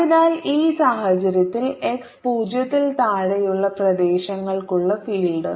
അതിനാൽ ഈ സാഹചര്യത്തിൽ x 0 ൽ താഴെയുള്ള പ്രദേശങ്ങൾക്കുള്ള ഫീൽഡ്